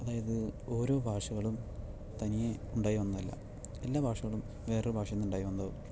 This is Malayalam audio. അതായത് ഓരോ ഭാഷകളും തനിയെ ഉണ്ടായി വന്നതല്ല എല്ലാ ഭാഷകളും വേറൊരു ഭാഷയിൽ നിന്ന് ഉണ്ടായി വന്നതോ